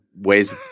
ways